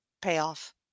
payoff